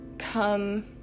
come